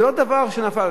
זה לא דבר שנפל.